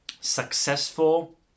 successful